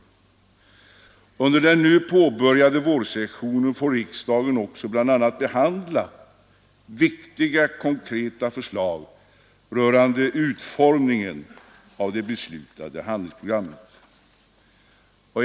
Under den nu påbörjade vårsessionen får riksdagen bl.a. behandla också viktiga konkreta förslag rörande utformningen av det beslutade handlingsprogrammet.